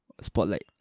spotlight